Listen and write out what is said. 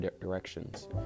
directions